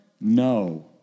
No